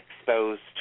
exposed